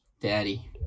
Daddy